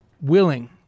willing